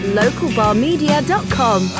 localbarmedia.com